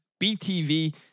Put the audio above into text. BTV